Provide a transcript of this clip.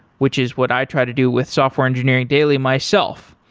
which is what i try to do with software engineering daily myself,